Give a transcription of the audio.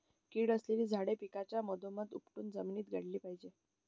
कीड असलेली झाडे पिकाच्या मधोमध उपटून जमिनीत गाडली पाहिजेत